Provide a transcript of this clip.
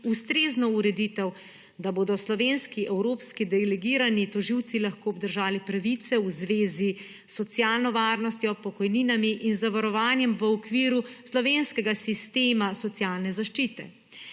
ustrezno ureditev, da bodo slovenski evropski delegirani tožilci lahko obdržali pravice v zvezi s socialno varnostjo, pokojninami in zavarovanjem v okviru slovenskega sistema socialne zaščite.